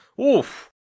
Oof